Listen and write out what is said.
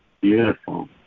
Beautiful